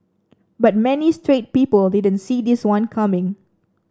bet many straight people didn't see this one coming